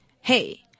hey